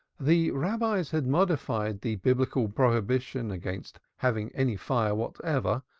the rabbis had modified the biblical prohibition against having any fire whatever,